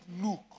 look